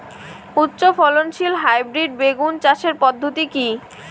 উচ্চ ফলনশীল হাইব্রিড বেগুন চাষের পদ্ধতি কী?